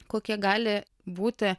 kokie gali būti